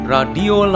Radio